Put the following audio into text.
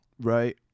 right